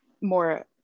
more